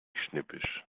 schnippisch